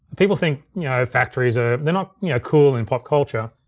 people think yeah factories are, they're not yeah cool in pop culture.